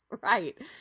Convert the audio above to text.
Right